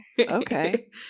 okay